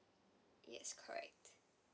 yes correct